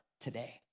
today